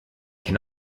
can